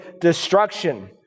destruction